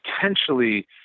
potentially